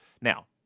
Now